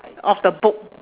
of the book